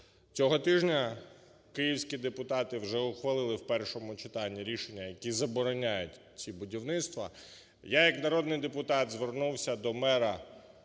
Цього тижня київські депутати вже ухвалили в першому читанні рішення, які забороняють ці будівництва. Я як народний депутат звернувся до мера